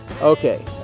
Okay